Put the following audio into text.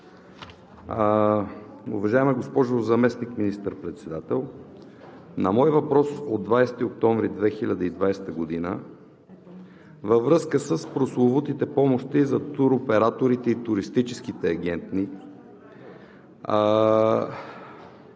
Уважаема госпожо Заместник министър-председател, на мой въпрос от 20 октомври 2020 г., във връзка с прословутите помощи за туроператорите и туристическите агенти,